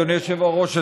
אדוני היושב-ראש,